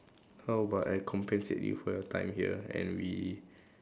how about I compensate you for your time here and we